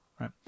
right